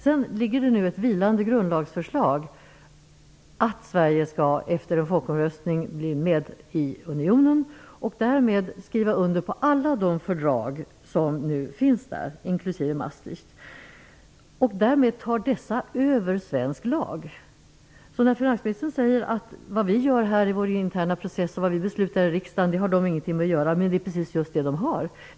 Vidare finns det nu ett vilande grundlagsförslag om att Sverige, efter en folkomröstning, skall bli med i unionen. Därmed skall vi skriva under alla de fördrag som finns i unionen, inklusive Maastricht. Därmed tar dessa över svensk lag. Finansministern säger: Vad vi gör här i vår interna process och vad vi beslutar i riksdagen har de ingenting att göra med. Men det är precis vad de har.